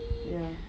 ya